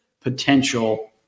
potential